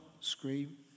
scream